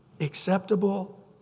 acceptable